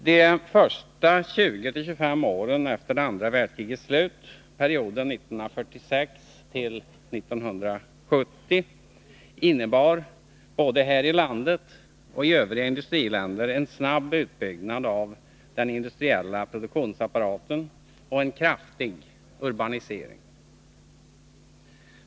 De första 20-25 åren efter det andra världskrigets slut, perioden 1946-1970, innebar, både här i landet och i övriga industriländer, en snabb utbyggnad av den industriella produktionsapparaten och en kraftig urbanisering.